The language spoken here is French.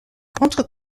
entre